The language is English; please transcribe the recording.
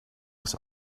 was